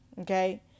Okay